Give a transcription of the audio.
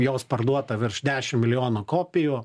jos parduota virš dešim milijonų kopijų